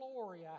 glory